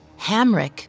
Hamrick